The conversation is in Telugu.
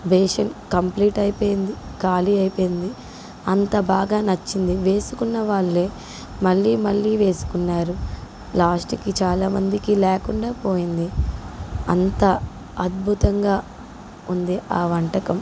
బేషన్ కంప్లీట్ అయిపోయింది ఖాళీ అయిపోయింది అంత బాగా నచ్చింది వేసుకున్న వాళ్ళే మళ్ళీ మళ్ళీ వేసుకున్నారు లాస్ట్కి చాలామందికి లేకుండా పోయింది అంత అద్భుతంగా ఉంది ఆ వంటకం